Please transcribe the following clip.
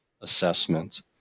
assessment